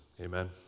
Amen